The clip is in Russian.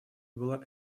была